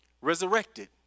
resurrected